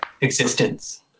existence